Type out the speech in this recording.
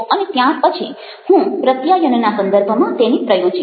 અને ત્યાર પછી હું પ્રત્યાયનના સંદર્ભમાં તેને પ્રયોજીશ